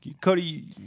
Cody